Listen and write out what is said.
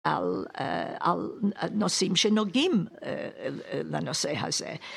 על נושאים שנוגעים לנושא הזה.